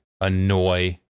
annoy